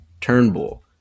Turnbull